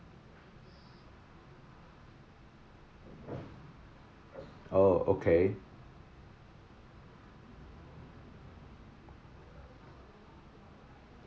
oh okay